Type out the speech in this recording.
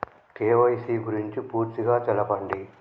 KYC గురించి పూర్తిగా తెలపండి?